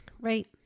Right